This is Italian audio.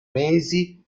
mesi